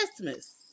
Christmas